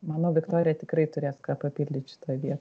manau viktorija tikrai turės ką papildyt šitoj vietoj